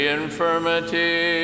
infirmity